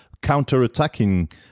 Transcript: counter-attacking